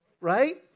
Right